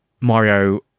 mario